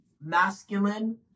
masculine